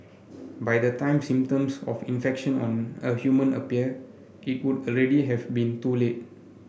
by the time symptoms of infection on a human appear it would already have been too late